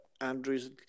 Andrews